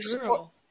girl